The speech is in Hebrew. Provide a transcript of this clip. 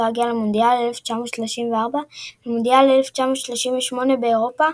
להגיע למונדיאל 1934 ולמונדיאל 1938 באירופה,